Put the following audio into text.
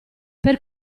per